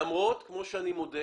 למרות כמו שאני מודה